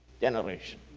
generation